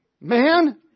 Man